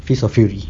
fist of fury